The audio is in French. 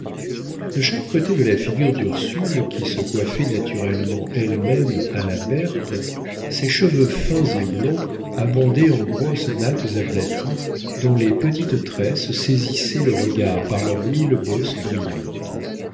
de chaque côté de la figure d'ursule qui se coiffait naturellement elle-même à la berthe ses cheveux fins et blonds abondaient en grosses nattes aplaties dont les petites tresses saisissaient le regard par leurs mille bosses brillantes